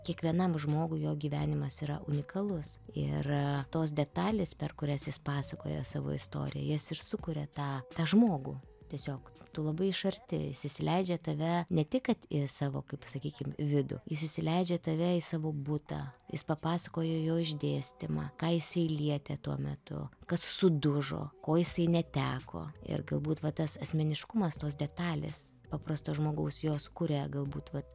kiekvienam žmogui jo gyvenimas yra unikalus ir tos detalės per kurias jis pasakoja savo istorijas ir sukuria tą tą žmogų tiesiog tu labai iš arti jis įsileidžia tave ne tik kad į savo kaip sakykim vidų jis įsileidžia tave į savo butą jis papasakoja jo išdėstymą ką jisai lietė tuo metu kas sudužo ko jisai neteko ir galbūt va tas asmeniškumas tos detalės paprasto žmogaus jos kuria galbūt vat